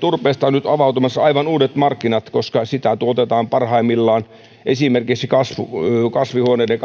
turpeelle on nyt avautumassa myös aivan uudet markkinat koska sitä tuotetaan parhaimmillaan esimerkiksi kasvihuoneiden